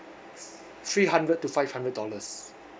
three hundred to five hundred dollars